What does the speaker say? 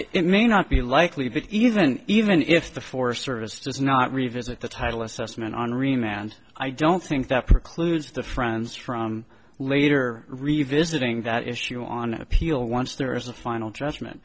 it may not be likely but even even if the forest service does not revisit the title assessment on re manned i don't think that precludes the friends from later revisiting that issue on appeal once there is a final judgment